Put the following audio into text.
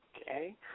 Okay